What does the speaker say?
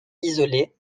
isolés